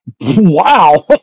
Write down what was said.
Wow